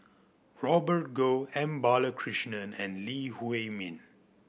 Robert Goh M Balakrishnan and Lee Huei Min